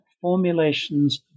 formulations